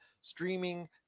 streaming